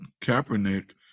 Kaepernick